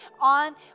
on